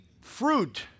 fruit